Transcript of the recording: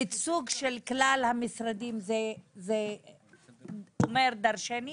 ייצוג של כלל המשרדים זה אומר דרשני.